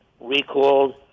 recalled